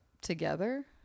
together